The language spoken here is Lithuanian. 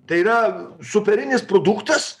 tai yra superinis produktas